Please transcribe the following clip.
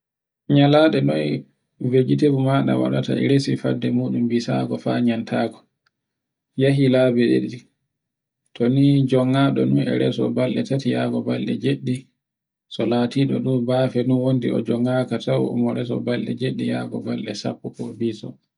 nyalaɗe noy vegitable maɗa waɗata to e resi fadde muɗum bisago fa nyamtako. Yehi labi ɗiɗi to ni jonga ɗun ni e reso balɗe tati yago balɗe jewi so natiɗo ɗo bafo no wondi o jongaka tow no waɗata ɗiɗi e yago balɗe sappoko bisa.